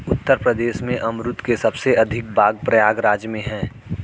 उत्तर प्रदेश में अमरुद के सबसे अधिक बाग प्रयागराज में है